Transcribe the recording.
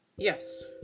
yes